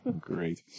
Great